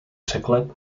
překlep